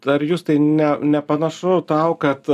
ar justai ne nepanašu tau kad